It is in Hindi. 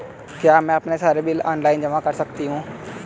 क्या मैं अपने सारे बिल ऑनलाइन जमा कर सकती हूँ?